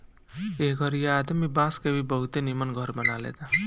एह घरीया आदमी बांस के भी बहुते निमन घर बना लेता